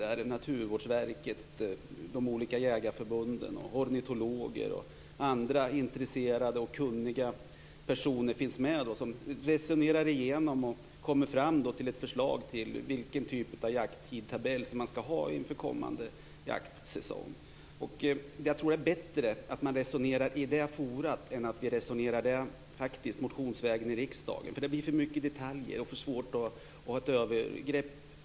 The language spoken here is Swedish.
Där ingår Naturvårdsverket, de olika jägarförbunden, ornitologer och andra intresserade och kunniga personer. De resonerar igenom och kommer fram till ett förslag till vilken jakttidtabell som man skall ha inför kommande jaktsäsong. Jag tror att det är bättre att man resonerar i det forumet än att vi resonerar om det motionsvägen i riksdagen. Det blir för mycket detaljer och för svårt att överblicka.